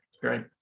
Great